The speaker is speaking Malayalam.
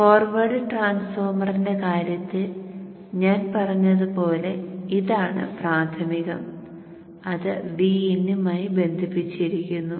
ഫോർവേഡ് ട്രാൻസ്ഫോർമറിന്റെ കാര്യത്തിൽ ഞാൻ പറഞ്ഞതുപോലെ ഇതാണ് പ്രാഥമികം അത് Vin മായി ബന്ധിപ്പിച്ചിരിക്കുന്നു